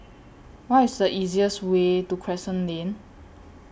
What IS The easiest Way to Crescent Lane